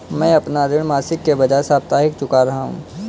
मैं अपना ऋण मासिक के बजाय साप्ताहिक चुका रहा हूँ